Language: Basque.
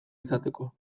izateko